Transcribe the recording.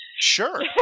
Sure